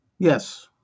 Yes